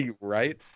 right